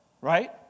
right